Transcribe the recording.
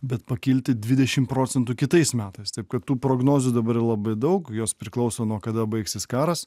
bet pakilti dvidešim procentų kitais metais taip kad tų prognozių dabar labai daug jos priklauso nuo kada baigsis karas